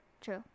True